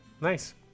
Nice